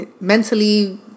mentally